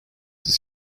this